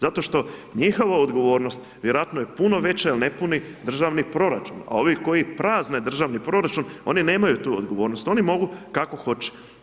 Zato što njihova odgovornost, vjerojatno je puno veća jer ne puni državni proračun, a ovi koji prazne državni proračun, oni nemaju to odgovornost, oni mogu kako hoće.